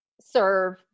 serve